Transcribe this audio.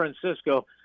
Francisco